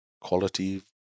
Quality